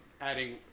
adding